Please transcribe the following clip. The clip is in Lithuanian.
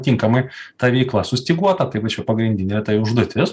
tinkamai tą veikla sustyguota tai va čia pagrindinė užduotis